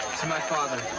to my father.